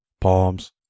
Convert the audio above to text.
Palms